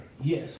Yes